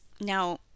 Now